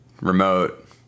Remote